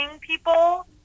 people